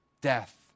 death